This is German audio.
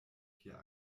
vier